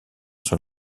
sur